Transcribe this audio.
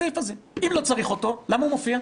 אם לא צריך אותו, למה הוא מופיע?